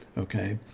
okay.